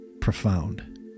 profound